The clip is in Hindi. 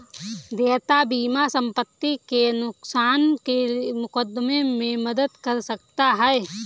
देयता बीमा संपत्ति के नुकसान के मुकदमे में मदद कर सकता है